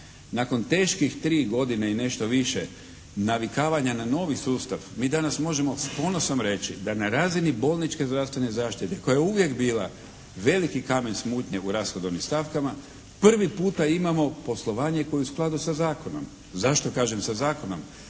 Nakon teških tri godine i nešto više navikavanja na novi sustav mi danas možemo s ponosom reći da na razini bolničke zdravstvene zaštite koja je uvijek bila veliki kamen smutnje u rashodovnim stavkama prvi puta imamo poslovanje koje je u skladu sa zakonom. Zašto kažem sa zakonom?